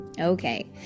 Okay